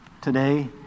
today